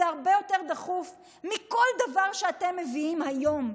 זה הרבה יותר דחוף מכל דבר שאתם מביאים היום,